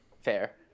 Fair